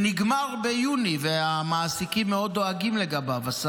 אני הגשתי סדרת הצעות לקידום עבודה